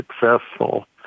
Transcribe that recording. successful